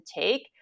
take